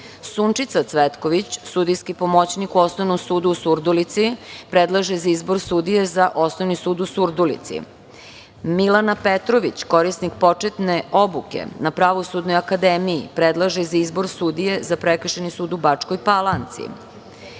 Sunčica Cvetković, sudijski pomoćnik u Osnovnom sudu u Surdulici, predlaže za izbor sudije za Osnovni sud u Surdulici, Milana Petrović, korisnik početne obuke na Pravosudnoj akademiji, predlaže za izbor sudije za Prekršajni sud u Bačkoj Palanci,